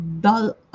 dull